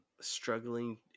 Struggling